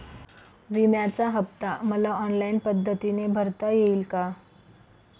विम्याचा हफ्ता मला ऑनलाईन पद्धतीने भरता येईल का?